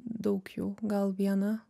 daug jų gal vieną